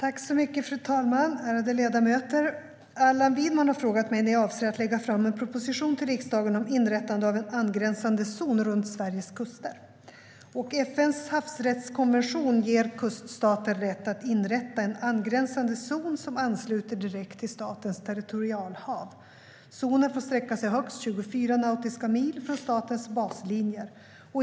Fru talman! Ärade ledamöter! Allan Widman har frågat mig när jag avser att lägga fram en proposition till riksdagen om inrättande av en angränsande zon runt Sveriges kuster. FN:s havsrättskonvention ger kuststater rätt att inrätta en angränsande zon som ansluter direkt till statens territorialhav. Zonen får sträcka sig högst 24 nautiska mil från statens baslinjer.